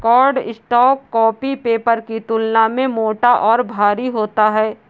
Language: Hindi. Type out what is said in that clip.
कार्डस्टॉक कॉपी पेपर की तुलना में मोटा और भारी होता है